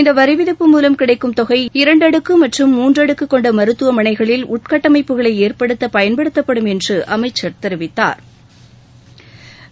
இந்த வரிவிதிப்பு மூலம் கிடைக்கும் தொகை இரண்டடுக்கு மற்றும் மூன்றடுக்கு கொண்ட மருத்துவமனைகளில் உள்கட்டமைப்புகளை ஏற்படுத்த பயன்படுத்தப்படும் என்று அமைச்சா் தெரிவித்தாா்